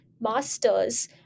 master's